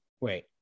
Wait